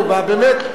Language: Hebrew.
נו, באמת.